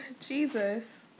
Jesus